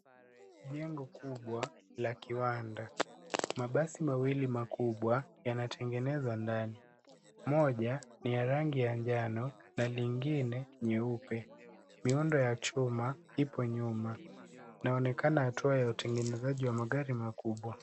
Jengo kubwa la kiwanda. Mabasi mawili makubwa yanatengenezwa ndani. Moja ni ya rangi ya njano na lingine nyeupe. Miundo ya chuma ipo nyuma. Inaonekana hatua ya utengenezaji wa magari makubwa.